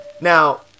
Now